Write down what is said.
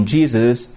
Jesus